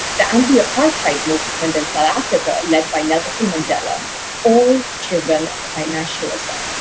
the anti-apartheid movement in south africa, led by nelson mandela all driven by nationalism.